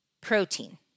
protein